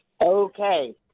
okay